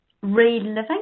reliving